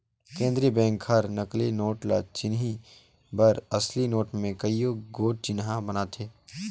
केंद्रीय बेंक हर नकली नोट ल चिनहे बर असली नोट में कइयो गोट चिन्हा बनाथे